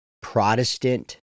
Protestant